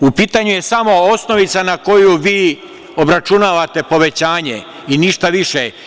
U pitanju je samo osnovica na koju vi obračunavate povećanje i ništa više.